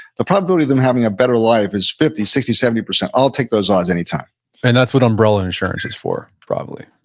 the probability of them having a better life is fifty, sixty, seventy percent. i'll take those odds any time and that's what umbrella insurance is for, probably.